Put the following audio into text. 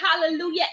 hallelujah